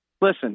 Listen